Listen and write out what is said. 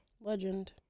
legend